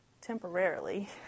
temporarily